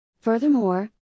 Furthermore